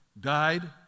died